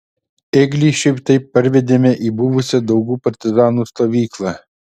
ėglį šiaip taip parvedėme į buvusią daugų partizanų stovyklą